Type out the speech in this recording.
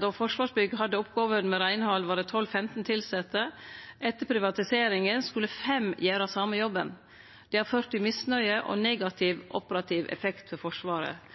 Då Forsvarsbygg hadde oppgåvene med reinhald, var det 12–15 tilsette. Etter privatiseringa skulle fem gjere den same jobben. Det har ført til misnøye og negativ operativ effektiv for Forsvaret.